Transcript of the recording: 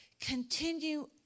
continue